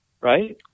right